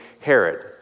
Herod